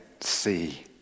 see